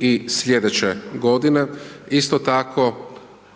i slijedeće godine. Isto tako,